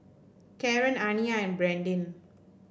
Karen Aniya and Brandin